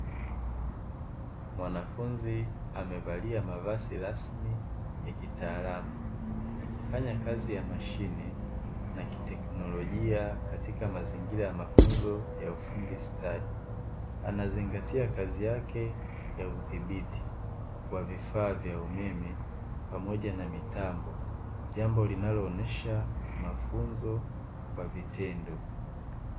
Mwanafunzi amevalia mavazi rasmi ya kitaalamu, akifanya kazi ya mashine na kiteknolojia katika mazingira ya mafunzo ya ufundi stadi, anazingatia kazi yake ya udhibiti wa vifaa vya umeme pamoja na mitambo, jambo linaloonyesha mafunzo kwa vitendo.